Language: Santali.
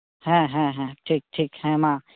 ᱦᱮᱸ ᱦᱮᱸ ᱦᱮᱸ ᱴᱷᱤᱠ ᱴᱷᱤᱠ ᱦᱮᱸ ᱢᱟ